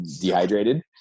dehydrated